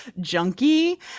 junkie